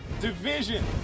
division